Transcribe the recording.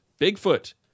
Bigfoot